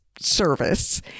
service